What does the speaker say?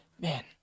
man